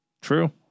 True